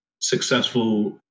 successful